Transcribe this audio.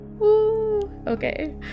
Okay